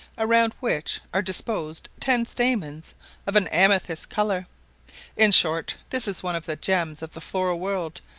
around which are disposed ten stamens of an amethyst colour in short, this is one of the gems of the floral world,